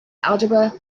algebra